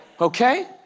okay